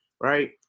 right